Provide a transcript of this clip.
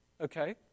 Okay